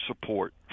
support